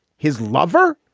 his lover.